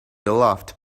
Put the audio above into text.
aloft